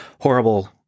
horrible